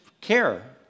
care